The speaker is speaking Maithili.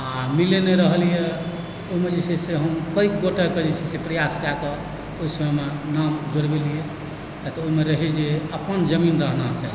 आओर मिल नहि रहल यऽ ओहिमे जे छै से हम कएक गोटेकेँ जे छै से प्रयास कऽ कए ओहि समयमे नाम जोड़बेलियै कियाक तऽ ओहिमे रहैय जे अपन जमीन रहना चाही